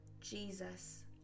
Jesus